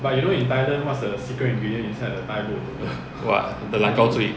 what the long gao zui